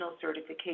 certification